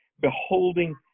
beholding